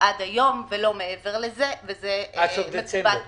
עד היום ולא מעבר לזה וזה מקובל עלינו.